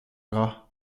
gras